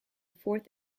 fourth